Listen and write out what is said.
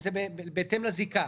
זה בהתאם לזיקה,